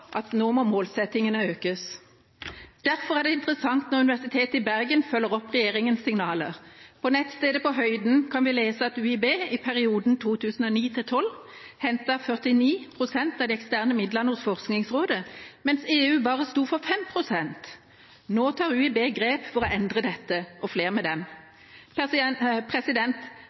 at målsettingene nå må økes. Derfor er det interessant når Universitet i Bergen følger opp regjeringas signaler. På nettstedet På Høyden kan vi lese at UIB i perioden 2009–2012 hentet 49 pst. av de eksterne midlene hos Forskningsrådet, mens EU bare sto for 5 pst. Nå tar UIB, og flere med dem, grep for å endre dette. Jeg håper at UIB og